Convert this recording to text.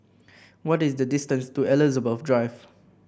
what is the distance to Elizabeth Drive